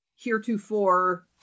heretofore